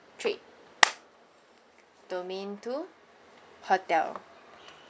three domain two hotel